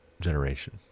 generation